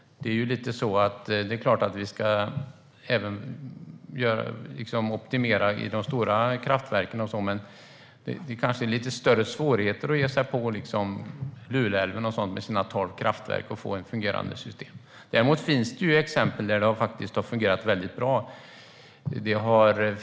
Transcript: Det är klart att vi ska optimera även i de stora kraftverken, men det kanske är lite svårare att ge sig på Luleälven med dess tolv kraftverk och få ett fungerande system. Det finns exempel där det har fungerat väldigt bra.